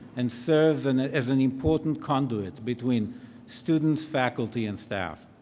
and serves and ah as an important conduit between students, faculty, and staff.